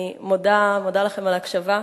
אני מודה לכם על ההקשבה.